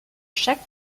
chaque